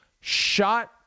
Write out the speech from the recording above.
shot